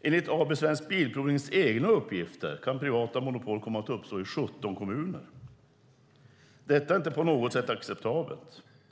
Enligt AB Svensk Bilprovnings egna uppgifter kan privata monopol komma att uppstå i 17 kommuner. Detta är inte på något sätt acceptabelt.